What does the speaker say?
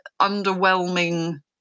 underwhelming